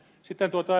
sitten ed